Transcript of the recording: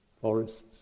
forests